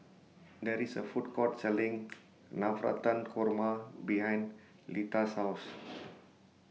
There IS A Food Court Selling Navratan Korma behind Leta's House